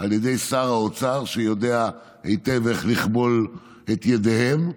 על ידי שר האוצר, שיודע היטב איך לכבול את ידיהם,